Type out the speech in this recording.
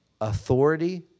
authority